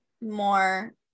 more